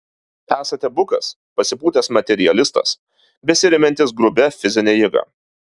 esate bukas pasipūtęs materialistas besiremiantis grubia fizine jėga